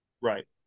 right